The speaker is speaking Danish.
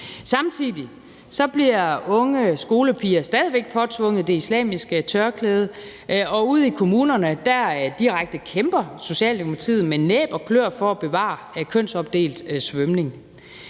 Samtidig bliver unge skolepiger stadig påtvunget det islamiske tørklæde, og ude i kommunerne kæmper Socialdemokratiet direkte med næb og kløer for at bevare kønsopdelt svømning.